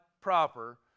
proper